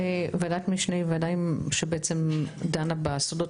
ועדת משנה היא ועדה שבעצם דנה בסודות